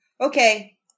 Okay